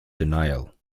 denial